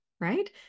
right